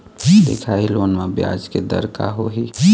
दिखाही लोन म ब्याज के दर का होही?